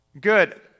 Good